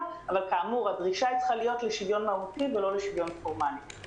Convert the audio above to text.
אבל כאמור הדרישה צריכה להיות לשוויון מהותי ולא לשוויון פורמלי.